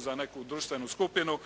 za neku društvenu skupinu,